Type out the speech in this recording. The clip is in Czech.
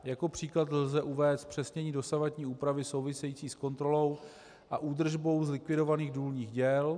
Jako příklad lze uvést zpřesnění dosavadní úpravy související s kontrolou a údržbou zlikvidovaných důlních děl.